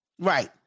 Right